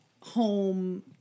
home